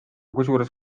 kusjuures